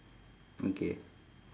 okay